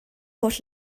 holl